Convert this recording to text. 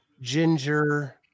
ginger